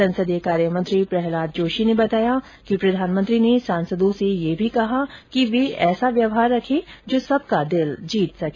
संसदीय कार्यमंत्री प्रहलाद जोशी ने बताया कि प्रधानमंत्री ने सांसदों से यह भी कहा कि वे ऐसा व्यवहार रखें जो सबका दिल जीत सके